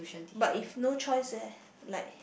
but if no choice leh like